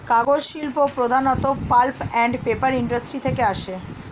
কাগজ শিল্প প্রধানত পাল্প অ্যান্ড পেপার ইন্ডাস্ট্রি থেকে আসে